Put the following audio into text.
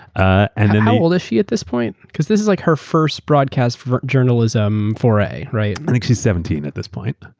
ah and how old is she at this point? because this is like her first broadcast journalism foray, right? i think she's seventeen at this point.